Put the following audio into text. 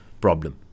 problem